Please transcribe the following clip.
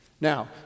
Now